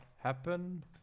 happen